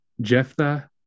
Jephthah